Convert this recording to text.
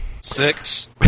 Six